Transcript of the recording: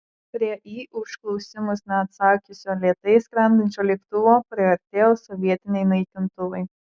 prie į užklausimus neatsakiusio lėtai skrendančio lėktuvo priartėjo sovietiniai naikintuvai